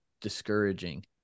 discouraging